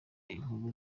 inkuru